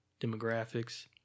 Demographics